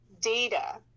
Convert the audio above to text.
data